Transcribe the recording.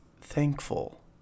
thankful